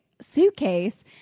suitcase